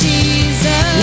Jesus